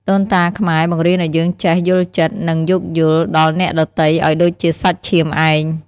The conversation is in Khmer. ដូនតាខ្មែរបង្រៀនឱ្យយើងចេះ «យល់ចិត្ត» និង «យោគយល់» ដល់អ្នកដទៃឱ្យដូចជាសាច់ឈាមឯង។